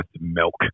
milk